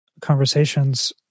conversations